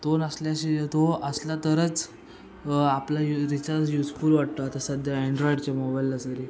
तो नसल्याशी तो असला तरच आपला रिचार्ज यूजफुल वाटतो आता सध्या अँड्रॉईडच्या मोबाईलला सरी